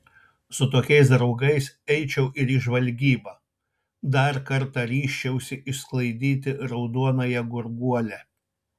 su tokiais draugais eičiau ir į žvalgybą dar kartą ryžčiausi išsklaidyti raudonąją gurguolę